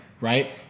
Right